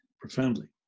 profoundly